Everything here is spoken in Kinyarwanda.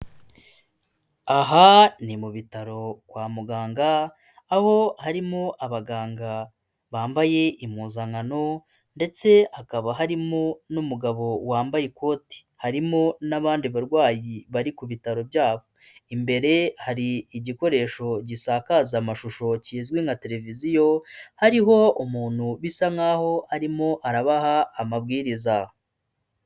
Aha ni mu bitaro kwa muganga, aho harimo abaganga bambaye impuzankano ndetse hakaba harimo n'umugabo wambaye ikoti, harimo n'abandi barwayi bari ku bitaro byabo, imbere hari igikoresho gisakaza amashusho kizwi nka tereviziyo hariho umuntu bisa nk'aho arimo arabaha amabwiriza.